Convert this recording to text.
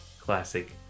classic